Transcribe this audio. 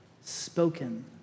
spoken